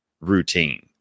routine